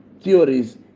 theories